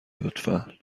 لطفا